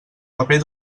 paper